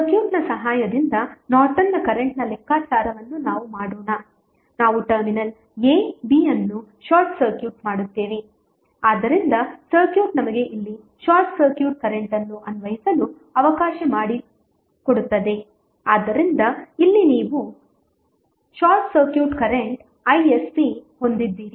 ಸರ್ಕ್ಯೂಟ್ನ ಸಹಾಯದಿಂದ ನಾರ್ಟನ್ನ ಕರೆಂಟ್ನ ಲೆಕ್ಕಾಚಾರವನ್ನು ನಾವು ಮಾಡೋಣ ನಾವು ಟರ್ಮಿನಲ್ ab ಅನ್ನು ಶಾರ್ಟ್ ಸರ್ಕ್ಯೂಟ್ ಮಾಡುತ್ತೇವೆ ಆದ್ದರಿಂದ ಸರ್ಕ್ಯೂಟ್ ನಮಗೆ ಇಲ್ಲಿ ಶಾರ್ಟ್ ಸರ್ಕ್ಯೂಟ್ ಕರೆಂಟ್ ಅನ್ನು ಅನ್ವಯಿಸಲು ಅವಕಾಶ ಮಾಡಿಕೊಡುತ್ತದೆ ಆದ್ದರಿಂದ ಇಲ್ಲಿ ನೀವು ಶಾರ್ಟ್ ಸರ್ಕ್ಯೂಟ್ ಕರೆಂಟ್ isc ಹೊಂದಿದ್ದೀರಿ